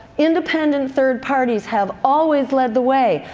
independent third parties have always led the way,